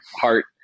heart